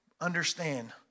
understand